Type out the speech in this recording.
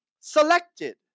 selected